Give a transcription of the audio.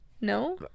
No